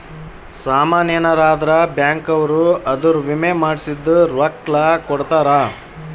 ಸಾಮನ್ ಯೆನರ ಅದ್ರ ಬ್ಯಾಂಕ್ ಅವ್ರು ಅದುರ್ ವಿಮೆ ಮಾಡ್ಸಿದ್ ರೊಕ್ಲ ಕೋಡ್ತಾರ